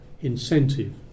incentive